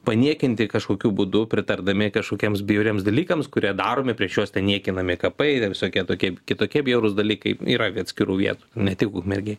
paniekinti kažkokiu būdu pritardami kažkokiems bjauriems dalykams kurie daromi prieš juos ten niekinami kapai yra visokie tokie kitokie bjaurūs dalykai yra gi atskirų vietų ne tik ukmergėj